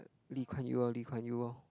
Lee Kuan Yew lor Lee Kuan Yew